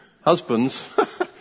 Husbands